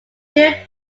build